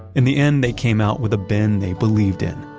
in the end, they came out with a bin they believed in.